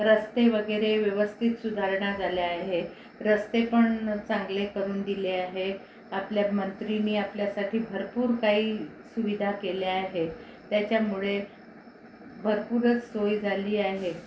रस्ते वगैरे व्यवस्थित सुधारणा झाल्या आहे रस्ते पण चांगले करून दिले आहे आपल्या मंत्रीनी आपल्यासाठी भरपूर काही सुविधा केल्या आहे त्याच्यामुळे भरपूरच सोय झाली आहे